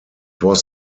was